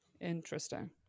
Interesting